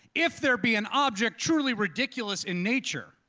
if there be an object truly ridiculous in nature,